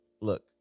look